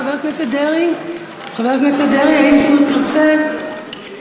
חבר הכנסת דרעי, חבר הכנסת דרעי, האם תרצה להגיב?